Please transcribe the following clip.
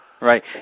Right